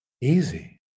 easy